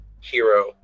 HERO